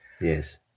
yes